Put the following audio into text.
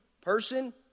person